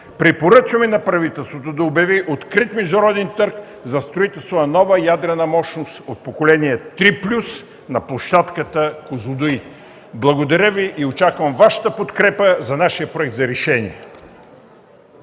препоръчваме на правителството да обяви открит международен търг за строителство на нова ядрена мощност от поколение 3+ на площадката „Козлодуй”. Благодаря Ви и очаквам Вашата подкрепа за нашия Проект за решение.